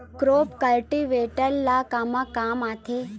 Crop cultivator ला कमा काम आथे?